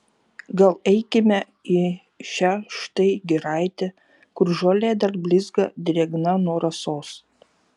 gal eikime į šią štai giraitę kur žolė dar blizga drėgna nuo rasos